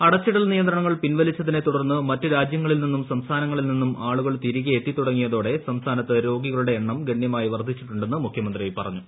അടച്ചിടൽ നിയന്ത്രണങ്ങൾ പിൻവലിച്ചതിനെ തുടർന്ന് മറ്റ് രാജ്യങ്ങളിൽ നിന്നും സംസ്ഥാനങ്ങളിൽ നിന്നും ആളുകൾ തിരികെ എത്തിത്തുടങ്ങിയതോടെ സംസ്ഥാനത്ത് രോഗികളുടെ എണ്ണം ഗണ്ടുമായി വർധിച്ചിട്ടുണ്ടെന്ന് മുഖ്യമന്ത്രി പറഞ്ഞു